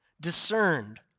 discerned